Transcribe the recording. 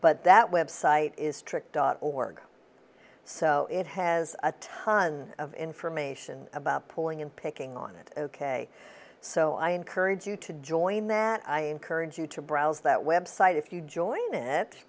but that website is trick dot org so it has a ton of information about pulling in picking on it ok so i encourage you to join that i encourage you to browse that website if you join it